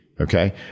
Okay